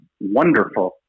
wonderful